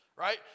Right